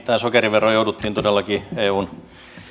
tämä sokerivero jouduttiin todellakin eun